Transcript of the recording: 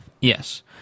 Yes